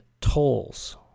tolls